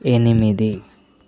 ఎనిమిది